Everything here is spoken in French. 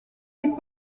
les